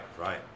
right